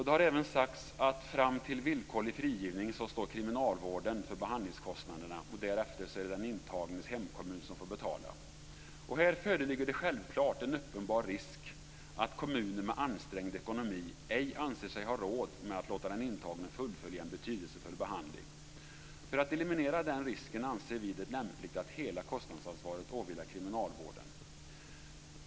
Det har även sagts att kriminalvården står för behandlingskostnaderna fram till villkorlig frigivning. Därefter är det den intagnes hemkommun som får betala. Här föreligger det självklart en uppenbar risk att kommuner med ansträngd ekonomi ej anser sig ha råd med att låta den intagne fullfölja en betydelsefull behandling. För att eliminera den risken anser vi det lämpligt att hela kostnadsansvaret åvilar kriminalvården.